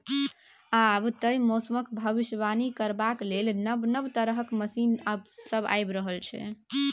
आब तए मौसमक भबिसबाणी करबाक लेल नब नब तरहक मशीन सब आबि रहल छै